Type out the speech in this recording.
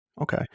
Okay